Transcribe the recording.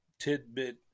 tidbit